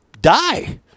die